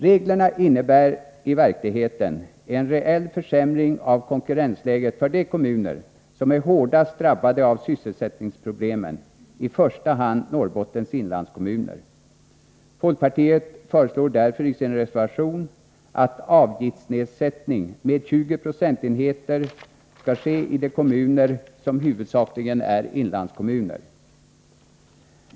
Reglerna innebär i verkligheten en reell försämring av konkurrensläget för de kommuner som är hårdast drabbade av sysselsättningsproblemen, i första hand Norrbottens inlandskommuner. Folkpartiet föreslår därför i sin reservation en avgiftsnedsättning med 20 procentenheter i de kommuner som huvudsakligen är inlandskommuner.